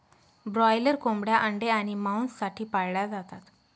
broiler कोंबड्या अंडे आणि मांस साठी पाळल्या जातात